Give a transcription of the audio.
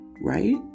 right